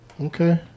Okay